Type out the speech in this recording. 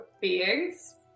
beings